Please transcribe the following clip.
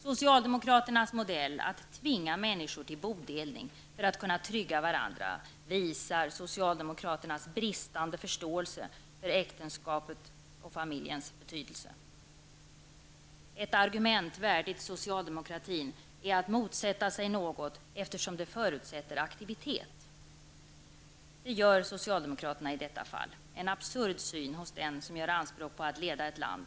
Socialdemokraternas modell att tvinga människor till bodelning för att kunna trygga varandra visar socialdemokraternas bristande förståelse för äktenskapets och familjens betydelse. Ett argument värdigt socialdemokratin är att motsätta sig något eftersom det förutsätter aktivitet. Det görs i detta fall. Det är en absurd syn hos den som gör anspråk på att leda ett land.